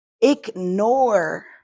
Ignore